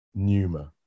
Numa